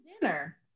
dinner